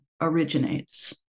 originates